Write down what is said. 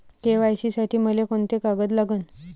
KYC साठी मले कोंते कागद लागन?